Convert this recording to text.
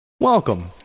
Welcome